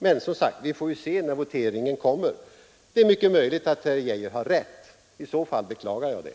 Men, som sagt, vi får väl se vid voteringen. Det är mycket möjligt att herr Geijer har rätt. I så fall beklagar jag det.